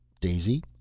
daisy?